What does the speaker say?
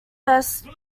best